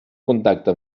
contacte